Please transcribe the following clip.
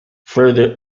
further